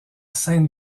sainte